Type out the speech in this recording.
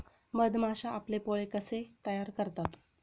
मधमाश्या आपले पोळे कसे तयार करतात?